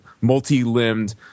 multi-limbed